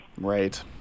Right